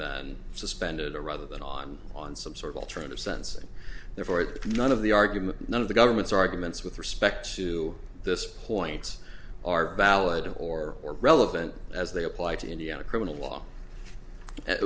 than suspended or rather than on on some sort of alternative sensing therefore that none of the argument none of the government's arguments with respect to this points are valid or relevant as they apply to indiana criminal law a